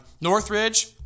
Northridge